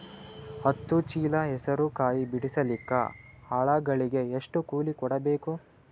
ಹತ್ತು ಚೀಲ ಹೆಸರು ಕಾಯಿ ಬಿಡಸಲಿಕ ಆಳಗಳಿಗೆ ಎಷ್ಟು ಕೂಲಿ ಕೊಡಬೇಕು?